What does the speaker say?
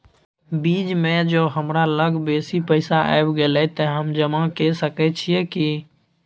बीच म ज हमरा लग बेसी पैसा ऐब गेले त हम जमा के सके छिए की?